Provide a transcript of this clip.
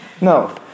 No